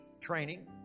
training